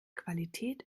qualität